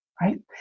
right